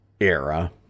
era